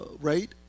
rate